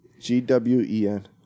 G-W-E-N